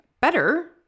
better